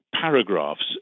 paragraphs